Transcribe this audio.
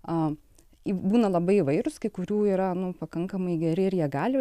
a būna labai įvairūs kai kurių yra pakankamai geri ir jie gali